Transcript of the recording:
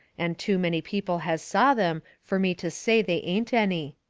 and too many people has saw them fur me to say they ain't any.